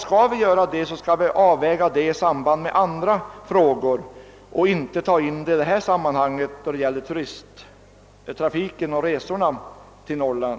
Skall vi göra det, måste vi avväga det hela i vidare sammanhang och inte i samband med frågan om turisttrafiken till Norrland.